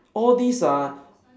all these ah